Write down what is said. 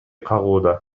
кагууда